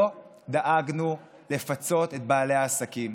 לא דאגנו לפצות את בעלי העסקים.